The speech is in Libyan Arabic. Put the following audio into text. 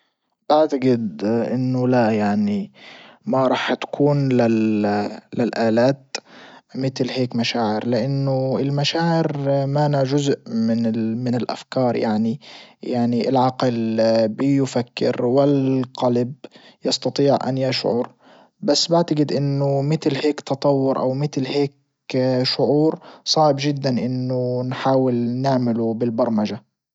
اعتجد انه لا يعني ما راح تكون للالات متل هيكي مشاعر لانه المشاعر مانا جزء من من الافكار يعني يعني العقل بيفكر والقلب يستطيع ان يشعر بس بعتجد انه متل هيك تطور او متل هيك شعور صعب جدا انه نحاول نعمله بالبرمجة.